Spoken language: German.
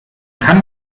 kann